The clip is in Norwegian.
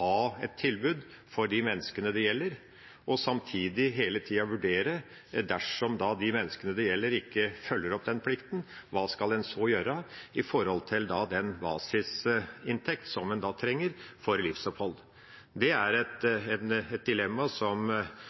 ha et tilbud for de menneskene det gjelder, og samtidig hele tida vurdere: Dersom de menneskene det gjelder, ikke følger opp den plikten, hva skal en så gjøre når det gjelder den basisinntekten som en trenger for livsopphold? Det er et dilemma som verken representanten Heggelund eller representanten Wiborg går inn i, men som